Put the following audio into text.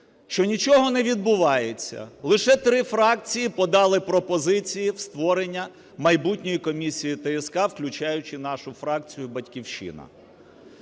що нічого не відбувається, лише три фракції подали пропозиції в створення майбутньої комісії, ТСК, включаючи нашу фракцію "Батьківщина".